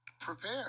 prepare